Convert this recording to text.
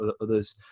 others